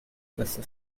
questa